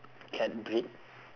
cat breed